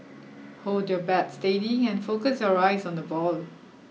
hold your bat steady and focus your eyes on the ball